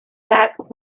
that